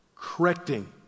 Correcting